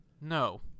No